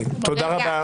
תודה רבה.